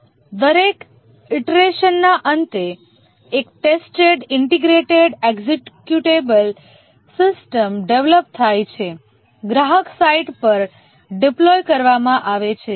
દરેક ઇટરેશનના અંતે એક tested integrated executable system develop થાય છે ગ્રાહક સાઇટ પર ડિપ્લોય કરવામાં આવે છે